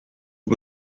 aux